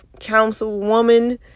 Councilwoman